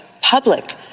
public